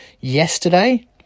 yesterday